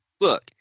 Look